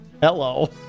Hello